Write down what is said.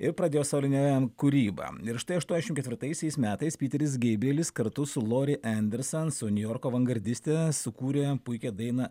ir pradėjo solinę kūrybą ir štai aštuoniasdešim ketvirtaisiais metais piteris geibrielis kartu su lori enderson su niujorko avangardiste sukūrė puikią dainą